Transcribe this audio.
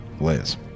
Liz